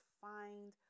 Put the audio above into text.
find